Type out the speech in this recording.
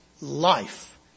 life